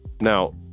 now